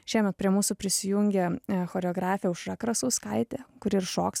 šiemet prie mūsų prisijungė choreografė aušra krasauskaitė kuri ir šoks